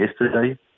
yesterday